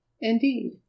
indeed